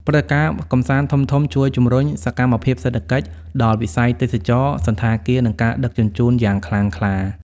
ព្រឹត្តិការណ៍កម្សាន្តធំៗជួយជំរុញសកម្មភាពសេដ្ឋកិច្ចដល់វិស័យទេសចរណ៍ សណ្ឋាគារ និងការដឹកជញ្ជូនយ៉ាងខ្លាំងក្លា។